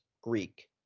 Greek